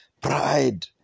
pride